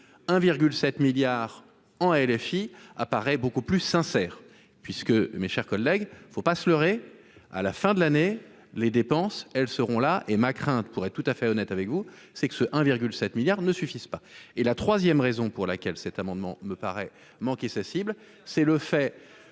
7 milliards en LFI apparaît beaucoup plus sincère, puisque mes chers collègues, il ne faut pas se leurrer, à la fin de l'année les dépenses, elles seront là et ma crainte pourrait tout à fait honnête avec vous, c'est que ce 1,7 milliard ne suffisent pas et la 3ème, raison pour laquelle cet amendement me paraît manquer sa cible, c'est le fait